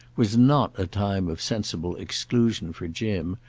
was not a time of sensible exclusion for jim,